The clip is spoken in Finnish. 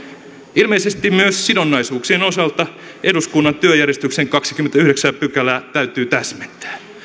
ilmeisesti myös sidonnaisuuksien osalta eduskunnan työjärjestyksen kahdettakymmenettäyhdeksättä pykälää täytyy täsmentää